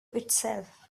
itself